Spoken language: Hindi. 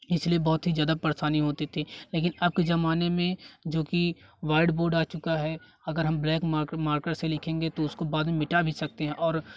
इसलिए बहुत ही ज़्यादा परेशानी होती थी लेकिन अब के जमाने में जो कि वाइट बोर्ड आ चुका है अगर हम ब्लैक मार्कर मार्कर से लिखेंगे तो उसको बाद में मिटा भी सकते हैं और